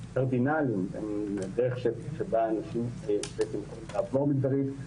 הם ניתוחים קרדניליים לדרך שבה אנשים יכולים לעבור מגדרית.